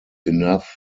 enough